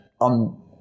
on